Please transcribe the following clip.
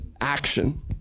action